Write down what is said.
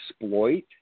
exploit